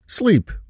Sleep